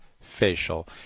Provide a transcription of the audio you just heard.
facial